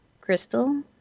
Crystal